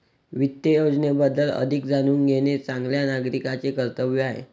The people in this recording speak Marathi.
वित्त योजनेबद्दल अधिक जाणून घेणे चांगल्या नागरिकाचे कर्तव्य आहे